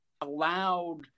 allowed